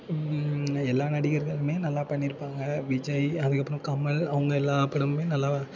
எல்லா நடிகர்களுமே நல்லா பண்ணியிருப்பாங்க விஜய் அதுக்கப்புறம் கமல் அவங்க எல்லா படமுமே நல்லா